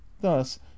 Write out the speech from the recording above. Thus